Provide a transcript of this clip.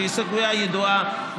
זו סוגיה ידועה,